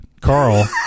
Carl